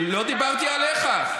לא דיברתי עליך.